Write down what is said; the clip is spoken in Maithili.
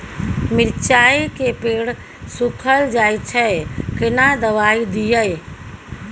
मिर्चाय के पेड़ सुखल जाय छै केना दवाई दियै?